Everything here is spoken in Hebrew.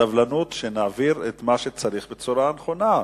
סבלנות שנעביר את מה שצריך בצורה הנכונה.